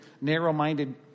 narrow-minded